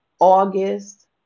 August